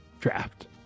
draft